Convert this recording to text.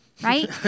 right